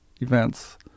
events